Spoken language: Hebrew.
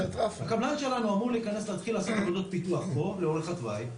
הקבלן שלנו אמור להיכנס להתחיל לעשות עבודות פיתוח פה לאורך התוואי,